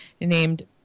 named